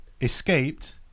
escaped